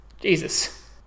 Jesus